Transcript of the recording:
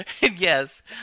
Yes